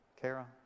Kara